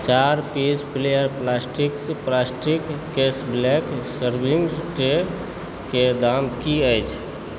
चारि piece flair plastics plastic Casablanca serving ट्रेके दाम की अछि